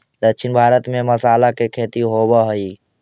दक्षिण भारत में मसाला के खेती होवऽ हइ